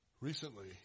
Recently